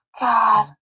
God